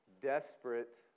desperate